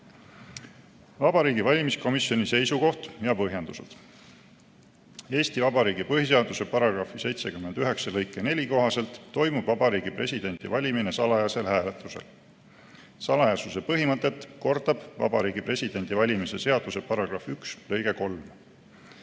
Vabariigi Valimiskomisjoni seisukoht ja põhjendused. Eesti Vabariigi põhiseaduse § 79 lõike 4 kohaselt toimub Vabariigi Presidendi valimine salajasel hääletusel. Salajasuse põhimõtet kordab Vabariigi Presidendi valimise seaduse § 1 lõige 3.